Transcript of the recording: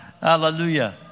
Hallelujah